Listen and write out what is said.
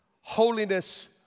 holiness